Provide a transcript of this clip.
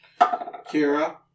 Kira